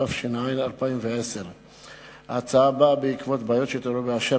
התש"ע 2010. ההצעה באה בעקבות בעיות שהתעוררו באשר